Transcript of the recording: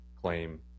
claim